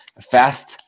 fast